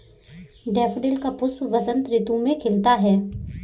daffodil का पुष्प बसंत ऋतु में खिलता है